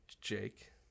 Jake